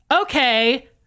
okay